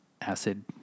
acid